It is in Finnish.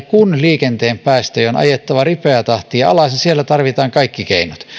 kun liikenteen päästöjä on ajettava ripeää tahtia alas niin siellä tarvitaan kaikki keinot